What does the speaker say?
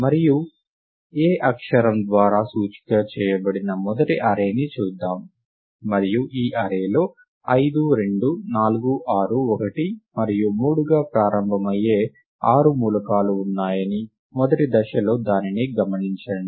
మరియు a అక్షరం ద్వారా సూచిక చేయబడిన మొదటి అర్రే ని చూద్దాం మరియు ఈ అర్రే లో 5 2 4 6 1 మరియు 3గా ప్రారంభమయ్యే ఆరు మూలకాలు ఉన్నాయని మొదటి దశలో దానిని గమనించండి